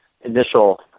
initial